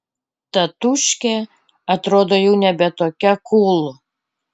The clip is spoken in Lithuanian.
tatūškė atrodo jau nebe tokia kūl